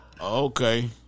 Okay